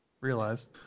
realized